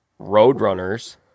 Roadrunners